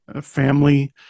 family